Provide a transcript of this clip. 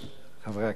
חברי הכנסת,